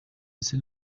ese